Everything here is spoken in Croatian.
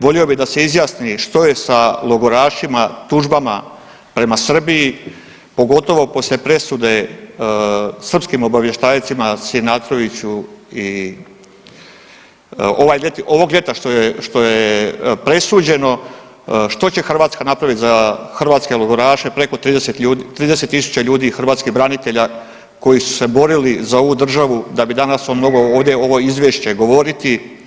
Volio bih da se izjasni što je sa logorašima, tužbama prema Srbiji pogotovo poslije presude srpskim obavještajcima Sinatroviću i ovog ljeta što je presuđeno, što će Hrvatska napraviti za hrvatske logoraše preko 30 ljudi, 30.000 ljudi i hrvatskih branitelja koji su se borili za ovu državu da bi danas on mogao ovdje ovo izvješće govoriti.